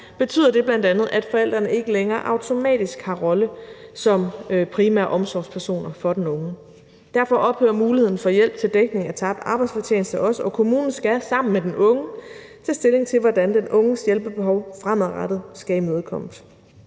betyder det bl.a., at forældrene ikke længere automatisk har rolle som primære omsorgspersoner for den unge. Derfor ophører muligheden for hjælp til dækning af tabt arbejdsfortjeneste også, og kommunen skal sammen med den unge tage stilling til, hvordan den unges hjælpebehov fremadrettet skal imødekommes.